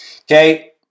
okay